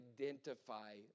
identify